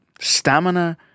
stamina